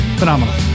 phenomenal